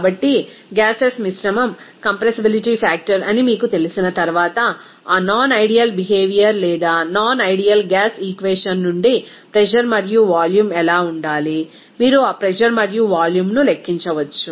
కాబట్టి గ్యాసెస్ మిశ్రమం compressibility factor అని మీకు తెలిసిన తర్వాత ఆ నాన్ ఐడియల్ బిహేవియర్ లేదా నాన్ ఐడియల్ గ్యాస్ ఈక్వేషన్ నుండి ప్రెజర్ మరియు వాల్యూమ్ ఎలా ఉండాలి మీరు ఆ ప్రెజర్ మరియు వాల్యూమ్ను లెక్కించవచ్చు